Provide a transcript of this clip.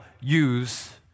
use